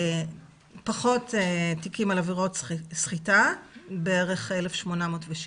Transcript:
פחות תיקים על עבירות סחיטה, בערך 1,860,